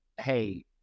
hey